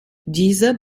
diese